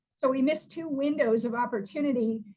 so we missed two windows of opportunity,